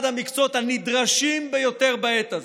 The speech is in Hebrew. אחד המקצועות הנדרשים ביותר בעת הזאת.